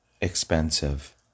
expensive